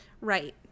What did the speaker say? Right